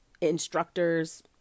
instructors